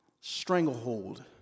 stranglehold